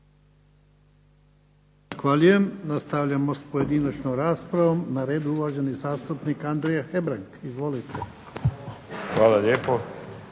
Hvala lijepo